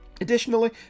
Additionally